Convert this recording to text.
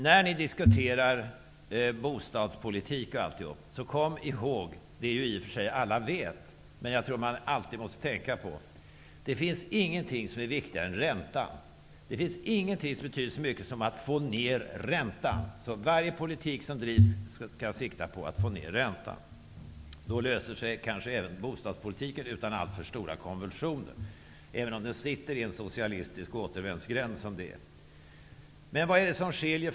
När ni diskuterar bostadspolitik och annat, så kom ihåg, vilket i och för sig alla vet men som jag tror att man alltid måste tänka på, att det inte finns något som är viktigare än räntan. Det finns ingenting som betyder så mycket som att få ned räntan. Varje politik som drivs måste därför sikta på att få ned räntan. Då löser sig kanske även problemen i bostadspolitiken utan alltför stora konventioner, även om den befinner sig i en socialistisk återvändsgränd. Men vad är det som skiljer?